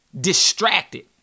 distracted